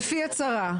לפי הצהרה?